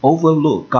Overlook